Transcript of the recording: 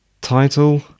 title